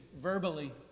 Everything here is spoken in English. verbally